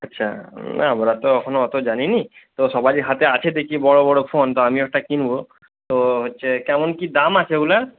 আচ্ছা আমরা তো এখনও অত জানি না তো সবারই হাতে আছে দেখি বড় বড় ফোন তো আমিও একটা কিনব তো হচ্ছে কেমন কী দাম আছে ওগুলোর